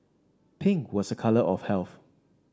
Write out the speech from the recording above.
pink was a colour of health